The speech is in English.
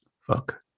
Fuck